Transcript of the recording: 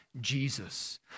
Jesus